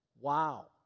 Wow